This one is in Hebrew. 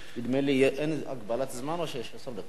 נדמה לי שאין הגבלת זמן, או שיש עשר דקות?